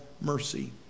mercy